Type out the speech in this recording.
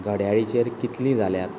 घडयाळीचेर कितलीं जाल्यांत